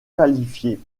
qualifiés